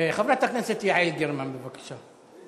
חברת הכנסת יעל גרמן, בבקשה.